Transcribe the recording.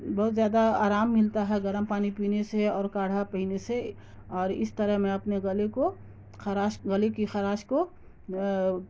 بہت زیادہ آرام ملتا ہے گرم پانی پینے سے اور کاڑھا پینے سے اور اس طرح میں اپنے گلے کو خراش گلے کی خراش کو